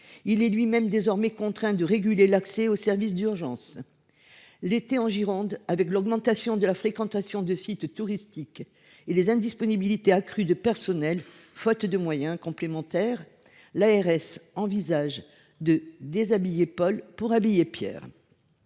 Ce CHU lui même est désormais contraint de réguler l’accès aux services d’urgence. L’été, du fait de l’augmentation de la fréquentation des sites touristiques en Gironde et des indisponibilités accrues de personnel, faute de moyens complémentaires, l’ARS envisage de déshabiller Pierre pour habiller Paul.